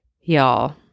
Y'all